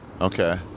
Okay